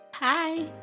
hi